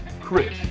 Chris